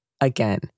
Again